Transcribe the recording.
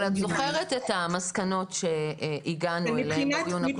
אבל את זוכרת את המסקנות שהגענו אליהן בדיון הקודם.